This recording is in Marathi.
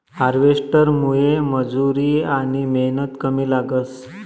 हार्वेस्टरमुये मजुरी आनी मेहनत कमी लागस